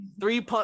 Three